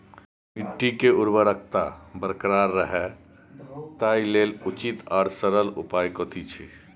मिट्टी के उर्वरकता बरकरार रहे ताहि लेल उचित आर सरल उपाय कथी छे?